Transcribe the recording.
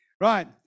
Right